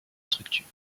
structure